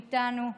איתנו.